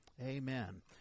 Amen